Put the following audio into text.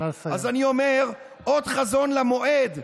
אז אני אומר: עוד חזון למועד.